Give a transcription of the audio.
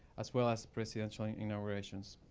as well as presidential inaugurations.